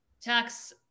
tax